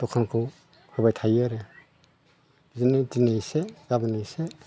दखानखौ होबाय थायो आरो बिदिनो दिनै एसे गाबोन एसे